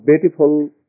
beautiful